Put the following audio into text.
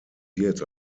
wird